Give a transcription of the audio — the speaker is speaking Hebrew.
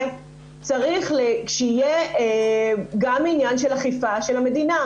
צריך שיהיה גם עניין של אכיפה של המדינה.